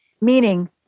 meaning